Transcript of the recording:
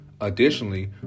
Additionally